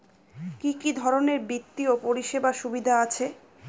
কি কি ধরনের বিত্তীয় পরিষেবার সুবিধা আছে?